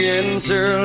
answer